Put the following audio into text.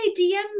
DM